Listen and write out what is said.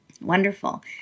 Wonderful